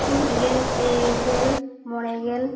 ᱢᱤᱫ ᱜᱮᱞ ᱯᱮ ᱜᱮᱞ ᱢᱚᱬᱮ ᱜᱮᱞ